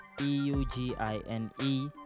e-u-g-i-n-e